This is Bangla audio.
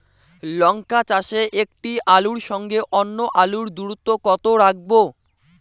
লঙ্কা চাষে একটি আলুর সঙ্গে অন্য আলুর দূরত্ব কত রাখবো?